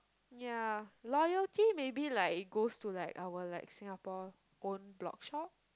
ya loyalty maybe like goes to like our like Singapore own blog shop